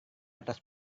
atas